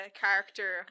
character